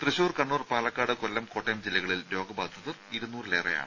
തൃശൂർ കണ്ണൂർ പാലക്കാട് കൊല്ലം കോട്ടയം ജില്ലകളിൽ രോഗബാധിതർ ഇരുനൂറിലേറെയാണ്